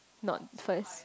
not first